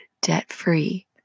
debt-free